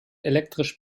elektrisch